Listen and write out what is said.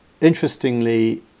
interestingly